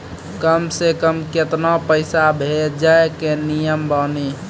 कम से कम केतना पैसा भेजै के नियम बानी?